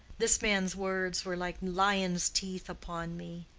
this man's words were like lion's teeth upon me.